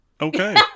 okay